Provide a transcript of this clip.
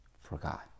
forgot